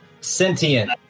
Sentient